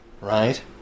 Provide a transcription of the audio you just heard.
Right